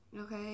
Okay